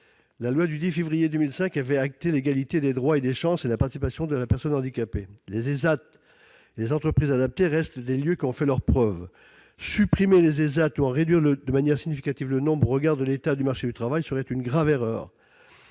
La loi du 10 février 2005 avait acté l'égalité des droits et des chances, la participation et la citoyenneté des personnes handicapées. Les ÉSAT et les entreprises adaptées restent des lieux qui ont fait leurs preuves. Supprimer les ÉSAT, ou en réduire de manière significative le nombre, au regard de l'état du marché du travail, serait une grave erreur.